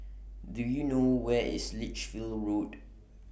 Do YOU know Where IS Lichfield Road